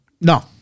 No